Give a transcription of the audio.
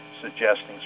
suggesting